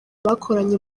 bakoranye